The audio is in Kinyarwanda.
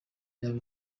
yaba